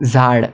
झाड